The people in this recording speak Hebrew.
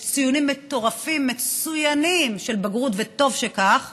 יש ציונים מטורפים, מצוינים, של בגרות, וטוב שכך,